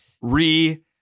Re